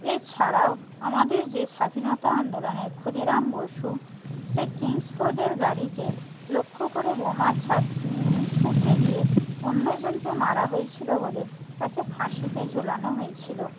এছাড়াও আমাদের যে স্বাধীনতা আন্দোলনের ক্ষুদিরাম বসু সে কিংসফোর্ডের গাড়িকে লক্ষ্য করে বোমা ছাড় ছুঁড়তে গিয়ে অন্য জনকে মারা হয়েছিলো বলে তাকে ফাঁসিতে ঝোলানো হয়েছিলো